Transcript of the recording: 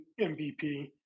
MVP